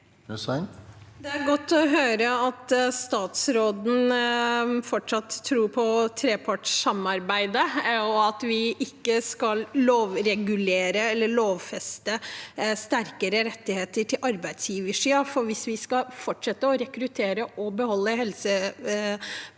Det er godt å høre at statsråden fortsatt tror på trepartssamarbeidet, og at vi ikke skal lovregulere eller lovfeste sterkere rettigheter til arbeidsgiversiden, for hvis vi skal fortsette å rekruttere og beholde helsepersonell,